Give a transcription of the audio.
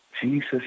Jesus